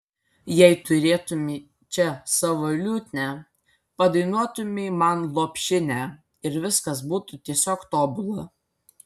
jei turėtumei čia savo liutnią padainuotumei man lopšinę ir viskas būtų tiesiog tobula